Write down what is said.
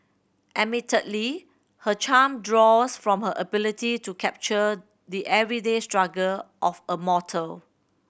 admittedly her charm draws from her ability to capture the everyday struggle of a mortal